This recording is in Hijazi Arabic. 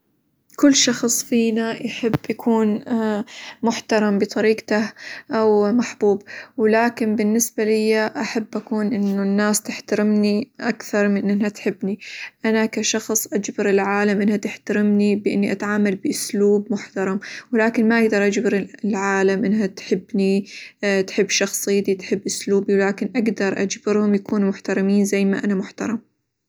كل شخص فينا يحب يكون محترم بطريقته، أو محبوب، ولكن بالنسبة ليا أحب أكون إنه الناس تحترمني أكثر من إنها تحبني، أنا كشخص أجبر العالم إنها تحترمني بإني أتعامل بأسلوب محترم، ولكن ما أقدر أجبر العالم إنها تحبني، تحب شخصيتي، تحب أسلوبي، ولكن أقدر أجبرهم يكونوا محترمين زي ما أنا محترم.